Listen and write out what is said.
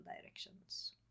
directions